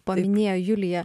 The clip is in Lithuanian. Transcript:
paminėjo julija